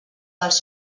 dels